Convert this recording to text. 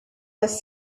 this